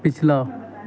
पिच्छला